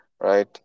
right